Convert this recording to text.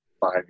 five